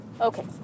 Okay